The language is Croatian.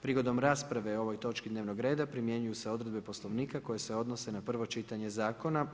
Prigodom rasprave o ovoj točki dnevnog reda primjenjuju se odredbe Poslovnika koje se odnose na prvo čitanje zakona.